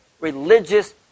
religious